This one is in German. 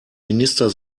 minister